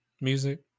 Music